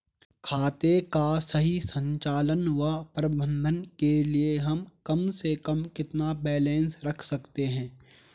खाते का सही संचालन व प्रबंधन के लिए हम कम से कम कितना बैलेंस रख सकते हैं?